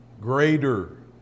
greater